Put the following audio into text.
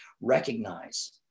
recognize